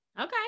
Okay